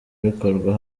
bikorwa